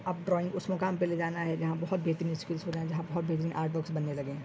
اب ڈرائنگ اس مقام پہ لے جانا ہے جہاں بہت بہترین اسکلس ہو جائیں جہاں بہترین آرٹ ورکس بننے لگیں